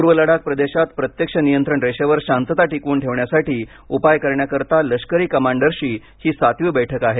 पूर्व लडाख प्रदेशात प्रत्यक्ष नियंत्रण रेषेवर शांतता टिकवून ठेवण्यासाठी उपाय करण्याकरिता लष्करी कमांडर्सची ही सातवी बैठक आहे